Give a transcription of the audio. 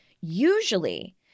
Usually